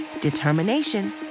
determination